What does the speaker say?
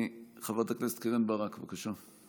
חברת הכנסת קרן ברק, בבקשה.